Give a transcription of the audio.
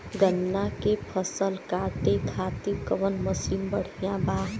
गन्ना के फसल कांटे खाती कवन मसीन बढ़ियां बा?